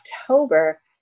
October